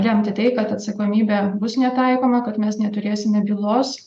lemti tai kad atsakomybė bus netaikoma kad mes neturėsime bylos